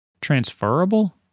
transferable